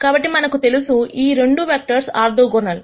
కాబట్టి మనకు తెలుసు ఈ రెండూ వెక్టర్స్ ఆర్థోగోనల్